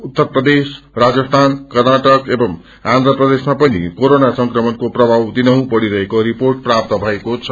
उत्तर प्रदेश राजसीन कर्णाटक एवं आत्र्ये प्रदेश्मा पनि कोरोना संक्रमणको प्रभाव दिनुहुँ बढ़िरहेको रिर्पोअ प्राप्त भएको छ